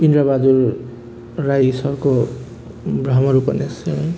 इन्द्र बहादुर राई सरको भ्रमर उपन्यास चाहिँ है